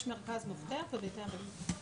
יש מרכז מפתח בביתר עילית.